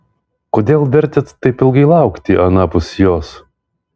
kodėl vertėt taip ilgai laukti anapus jos